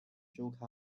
周刊